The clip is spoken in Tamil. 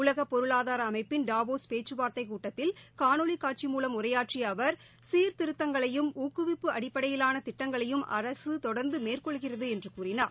உலக பொருளாதார அமைப்பின் டாவோஸ் பேச்சுவார்த்தைக் கூட்டத்தில் காணொலி காட்சி மூலம் உரையாற்றிய அவா் சீர்திருத்தங்களையும் ஊக்குவிப்பு அடிப்படையிலான திட்டங்களையும் அரசு தொடர்ந்து மேற்கொள்கிறது என்று அவர் கூறினார்